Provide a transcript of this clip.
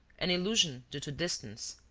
an illusion due to distance.